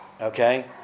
Okay